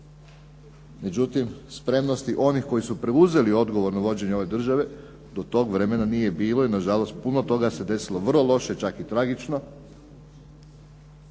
Međutim, spremnosti onih koji su preuzeli odgovorno vođenje ove države, to toga vremena nije bilo i nažalost puno toga se desilo vrlo loše, čak i tragično,